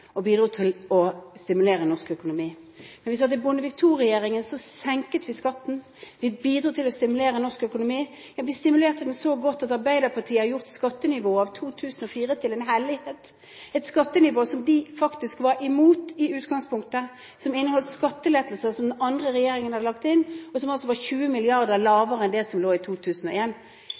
og bidro til å stimulere norsk økonomi. Da vi satt i Bondevik II-regjeringen, senket vi skatten. Vi bidro til å stimulere norsk økonomi. Ja, vi stimulerte den så godt at Arbeiderpartiet har gjort skattenivået av 2004 til en hellighet – et skattenivå som de faktisk var imot i utgangspunktet, som inneholdt skattelettelser som den andre regjeringen hadde lagt inn, og som altså var 20 mrd. kr lavere enn det som lå i